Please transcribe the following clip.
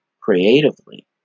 creatively